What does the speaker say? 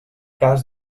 cas